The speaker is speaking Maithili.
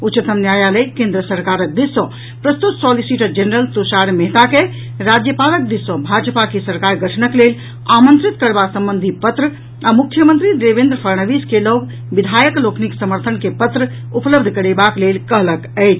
उच्चतम न्यायालय केन्द्र सरकारक दिस सॅ प्रस्तुत सॉनिसीटर जेनरल तुषार मेहता के राज्यपालक दिस सॅ भाजपा के सरकार गठनक लेल आमंत्रित करबा संबंधी पत्र आ मुख्यमंत्री देवेन्द्र फड़नवीस के लऽग विधायक लोकनिक समर्थन के पत्र उपलब्ध करेबाक लेल कहलक अछि